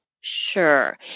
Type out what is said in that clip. Sure